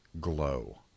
glow